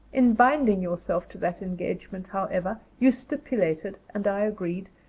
in binding yourself to that engagement, however, you stipulated, and i agreed,